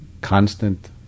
constant